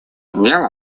дело